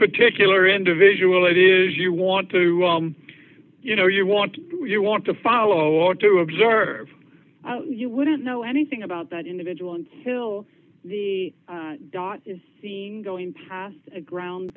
particular individual it is you want to you know you want you want to follow or to observe you wouldn't know anything about that individual and still the dot is seen going past a ground